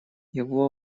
его